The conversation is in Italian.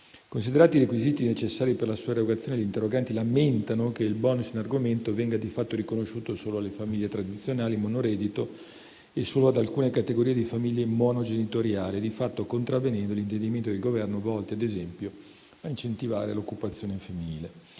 Considerati i requisiti necessari per la sua erogazione, gli interroganti lamentano che il *bonus* in argomento venga di fatto riconosciuto solo alle famiglie tradizionali monoreddito e solo ad alcune categorie di famiglie monogenitoriali, di fatto contravvenendo gli intendimenti del Governo volti, ad esempio, a incentivare l'occupazione femminile.